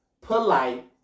polite